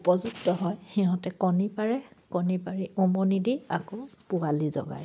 উপযুক্ত হয় সিহঁতে কণী পাৰে কণী পাৰি উমনি দি আকৌ পোৱালি জগাই